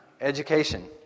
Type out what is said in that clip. Education